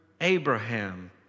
Abraham